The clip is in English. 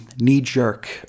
knee-jerk